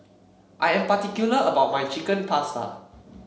I am particular about my Chicken Pasta